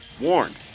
warned